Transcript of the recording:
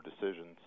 decisions